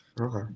Okay